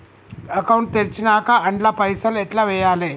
Account తెరిచినాక అండ్ల పైసల్ ఎట్ల వేయాలే?